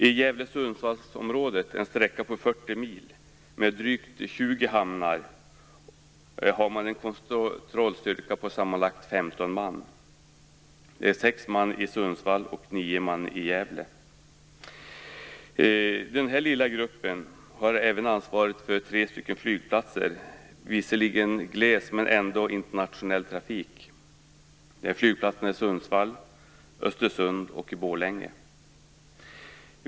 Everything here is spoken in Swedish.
I Gävle-Sundsvallsområdet - en sträcka på 40 mil med drygt 20 hamnar - har man en kontrollstyrka på sammanlagt 15 man. Det är sex man i Sundsvall och nio man i Gävle. Denna lilla grupp har även ansvaret för tre flygplatser med, visserligen gles, internationell trafik. Det handlar om flygplatserna i Sundsvall, Östersund och Borlänge.